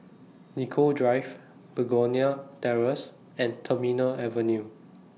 Nicoll Drive Begonia Terrace and Terminal Avenue